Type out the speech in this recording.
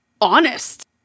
honest